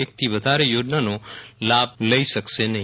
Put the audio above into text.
એક થી વધારે યોજનાનો લાભ લઈ શકશે નહી